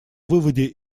выводе